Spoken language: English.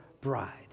bride